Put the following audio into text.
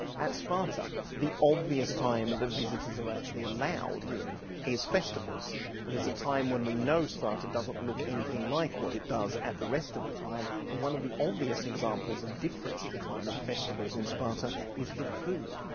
at sparta, the obvious time the visitors were actually allowed in is festivals and it's a time when we know sparta doesn't look anything like what it does at the rest of the time and one of the obvious examples of difference at the time of festivals in sparta is the food,